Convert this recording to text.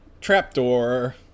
Trapdoor